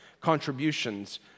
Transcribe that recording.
Contributions